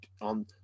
on